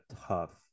tough